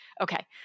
Okay